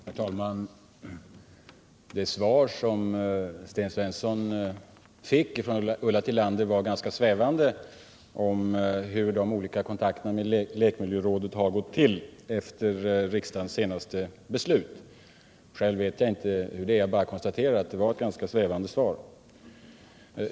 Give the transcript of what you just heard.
Herr talman! Det var ett ganska svävande svar som Sten Svensson fick av Ulla Tillander på frågan om de olika kontakterna mellan lekmiljörådet och leksaksbranschen efter riksdagens senaste beslut. Själv vet jag inte hur det har gått till; jag bara konstaterar att det var ett ganska svävande svar.